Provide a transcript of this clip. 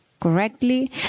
correctly